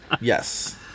Yes